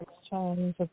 exchange